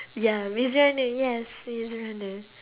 ya maze runner yes maze runner